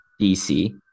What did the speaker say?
DC